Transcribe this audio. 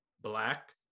black